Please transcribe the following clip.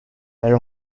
elle